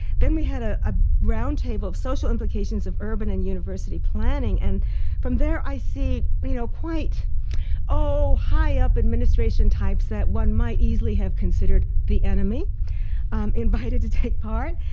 then we had a ah round table of social implications of urban and university planning. and from there, i see you know quite high up administration types that one might easily have considered the enemy invited to take part.